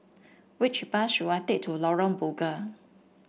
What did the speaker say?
which bus should I take to Lorong Bunga